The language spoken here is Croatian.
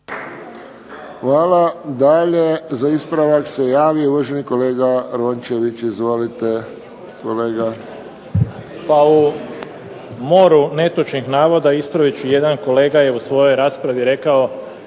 Hvala. Dalje za ispravak se javio uvaženi kolega Rončević. Izvolite. **Rončević, Berislav (HDZ)** Pa u moru netočnih navoda ispravit ću jedan. Kolega je u svojoj raspravi rekao